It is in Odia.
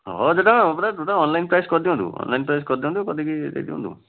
ହଁ ସେଇଟା ଅନଲାଇନ୍ ପ୍ରାଇସ୍ କରିଦିଅନ୍ତୁ ଅନଲାଇନ୍ ପ୍ରାଇସ୍ କରିଦିଅନ୍ତୁ କରିଦେଇକି ଦେଇଦିଅନ୍ତୁ